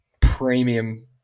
premium